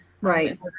right